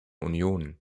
union